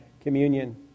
communion